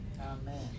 Amen